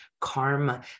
karma